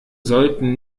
sollten